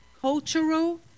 Cultural